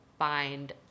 find